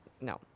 no